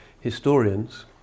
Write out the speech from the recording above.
historians